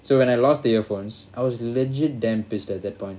so when I lost the earphones I was legit damn pissed at that point